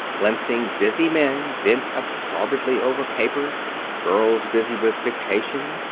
glimpsing busy men bent absorbedly over papers, girls busy with dictation,